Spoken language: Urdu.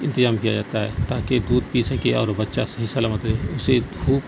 انتظام کیا جاتا ہے تاکہ دودھ پی سکے اور بچہ سہی سلامت رہے اسے دھوپ